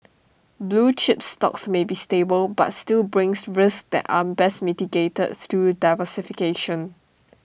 blue chip stocks may be stable but still brings risks that are best mitigated through diversification